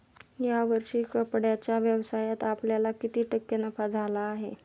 या वर्षी कपड्याच्या व्यवसायात आपल्याला किती टक्के नफा झाला आहे?